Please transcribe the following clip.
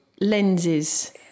Lenses